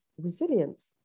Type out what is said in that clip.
resilience